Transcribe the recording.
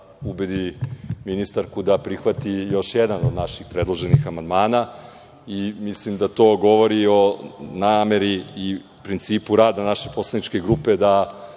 ubedi ministarku da prihvati još jedan od naših predloženih amandmana i mislim da to govori o nameri i principu rada naše poslaničke grupe da